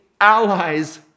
allies